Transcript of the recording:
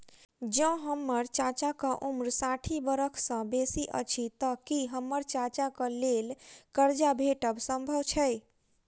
जँ हम्मर चाचाक उम्र साठि बरख सँ बेसी अछि तऽ की हम्मर चाचाक लेल करजा भेटब संभव छै?